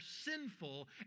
sinful